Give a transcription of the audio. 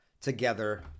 together